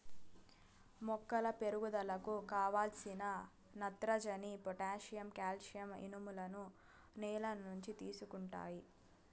మొక్కల పెరుగుదలకు కావలసిన నత్రజని, పొటాషియం, కాల్షియం, ఇనుములను నేల నుంచి తీసుకుంటాయి